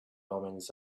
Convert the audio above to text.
omens